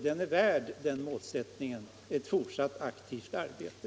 Den målsättningen är värd ett fortsatt aktivt arbete.